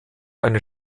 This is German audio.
eine